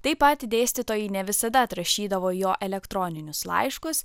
taip pat dėstytojai ne visada atrašydavo į jo elektroninius laiškus